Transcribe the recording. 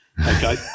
okay